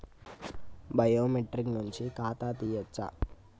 Biometric నుంచి ఖాతా తీయచ్చా?